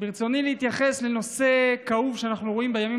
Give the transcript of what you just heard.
ברצוני להתייחס לנושא כאוב שאנחנו רואים בימים